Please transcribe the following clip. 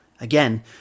Again